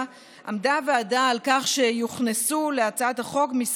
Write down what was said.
עמדה הוועדה על כך שיוכנסו להצעת החוק כמה